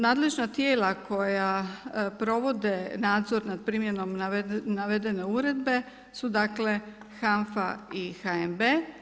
Nadležna tijela koja provode nadzor nas primjenom navedene uredbe su dakle, HANFA i HNB.